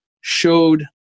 showed